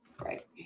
Right